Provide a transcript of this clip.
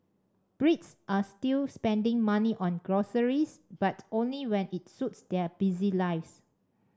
brits are still spending money on groceries but only when it suits their busy lives